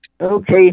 Okay